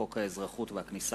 החלה